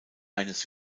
eines